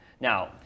Now